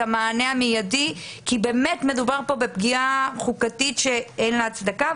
המענה המיידי כי באמת מדובר כאן בפגיעה חוקתית שאין לה הצדקה.